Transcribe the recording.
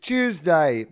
Tuesday